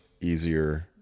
easier